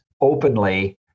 openly